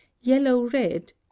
yellow-red